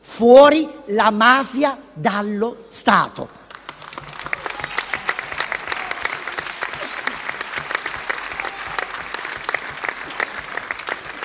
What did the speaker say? Fuori la mafia dallo Stato!